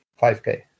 5K